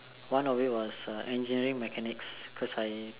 one of it was uh engineering mechanics cause I